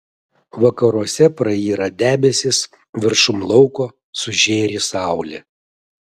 vakaruose prayra debesys viršum lauko sužėri saulė